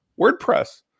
WordPress